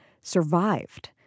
survived